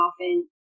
often